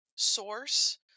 source